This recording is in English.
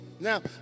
Now